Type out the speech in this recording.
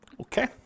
Okay